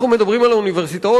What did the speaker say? אנחנו מדברים על אוניברסיטאות,